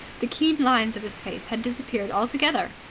the keen lines of his face had disappeared altogether.